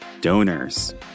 donors